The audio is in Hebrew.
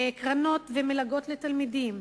קרנות ומלגות לתלמידים,